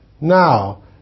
Now